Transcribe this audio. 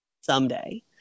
Someday